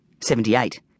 Seventy-eight